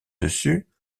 dessus